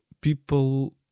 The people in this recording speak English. people